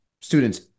students